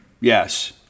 Yes